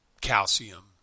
calcium